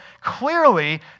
clearly